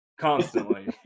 constantly